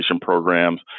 programs